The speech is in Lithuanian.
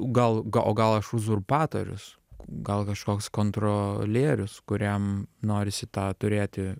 gal ga o gal aš uzurpatorius gal kažkoks kontrolierius kuriam norisi tą turėti